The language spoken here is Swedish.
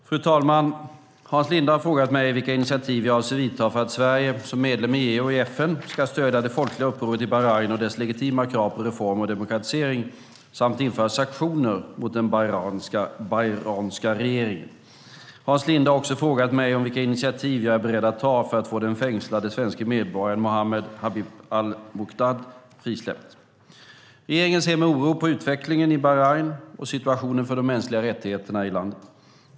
Fru talman! Hans Linde har frågat mig vilka initiativ jag avser att vidta för att Sverige, som medlem i EU och i FN, ska stödja det folkliga upproret i Bahrain och dess legitima krav på reformer och demokratisering samt införa sanktioner mot den bahrainska regimen. Hans Linde har också frågat mig vilka initiativ jag är beredd att ta för att få den fängslade svenske medborgaren Mohammed Habib al-Muqdad frisläppt. Regeringen ser med oro på utvecklingen i Bahrain och situationen för de mänskliga rättigheterna i landet.